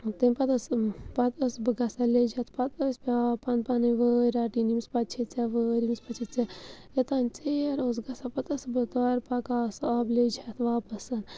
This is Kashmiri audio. تمہِ پَتہٕ ٲس پَتہٕ ٲسٕس بہٕ گژھان لیٚج ہٮ۪تھ پَتہٕ ٲسۍ پٮ۪وان پن پنٕنۍ وٲرۍ رَٹٕنۍ ییٚمِس پَتہٕ چھے ژےٚ وٲرۍ أمِس پَتہٕ چھےٚ ژےٚ یوٚتام ژیر اوس گژھان پَتہٕ ٲسٕس بہٕ تورٕ پَکان سُہ آبہٕ لیٚجہِ ہٮ۪تھ واپَسہٕ